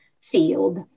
field